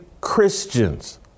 Christians